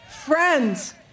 Friends